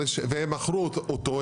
והם מכרו אותו,